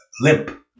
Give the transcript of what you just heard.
limp